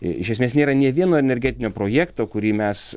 iš esmės nėra nei vieno energetinio projekto kurį mes